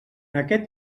aquest